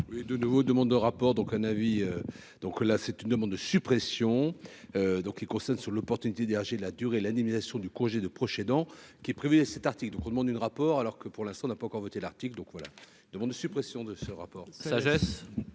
de nouveau demande de rapport donc un avis, donc là c'est une demande de suppression donc les concerne sur l'opportunité, Hergé la durée, l'indemnisation du congé de proche aidant qui est prévue cet article donc on demande une rapport alors que pour l'instant, on n'a pas encore voté l'Arctique, donc voilà demande de suppression de ce rapport. Sagesse.